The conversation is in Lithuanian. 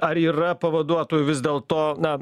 ar yra pavaduotojų vis dėl to na